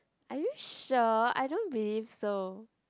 are you sure I don't believe so